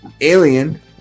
alien